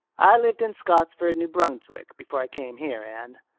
i lived in scottsford, new brunswick, before i came here, anne.